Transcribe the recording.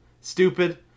Stupid